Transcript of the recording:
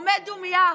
עומד דומייה,